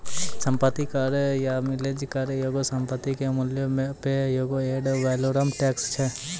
सम्पति कर या मिलेज कर एगो संपत्ति के मूल्यो पे एगो एड वैलोरम टैक्स छै